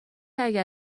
اگر